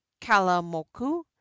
Kalamoku